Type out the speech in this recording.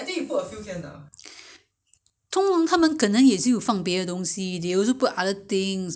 because normally just they don't just make the meat only they will put other ingredient inside then